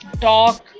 talk